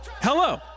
Hello